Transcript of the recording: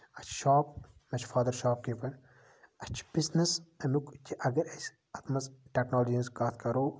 اسہِ چھُ شوپ مےٚ چھُ فادر شوپ کیٖپَر اَسہِ چھُ بِزنِس اَمیُک کہِ اَگر أسۍ اَتھ منٛز ٹیکنولجی ہنز کَتھ کرو